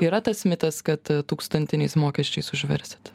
yra tas mitas kad tūkstantiniais mokesčiais užversit